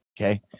okay